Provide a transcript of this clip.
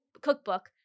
cookbook